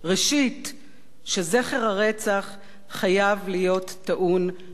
שזכר הרצח חייב להיות טעון בתוכן עמוק